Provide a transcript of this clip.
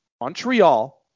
Montreal